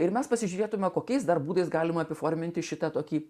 ir mes pasižiūrėtumėme kokiais dar būdais galima apiforminti šitą tokį